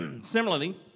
Similarly